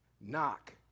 Knock